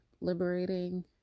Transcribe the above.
liberating